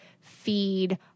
feed